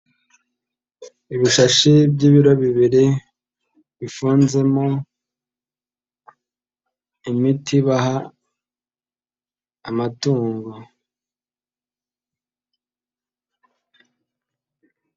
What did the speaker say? Ibishashi by'ibiro bibiri bifunzemo imiti baha amatungo.